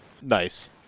Nice